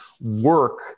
work